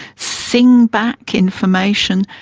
sing back information,